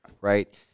right